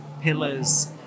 pillars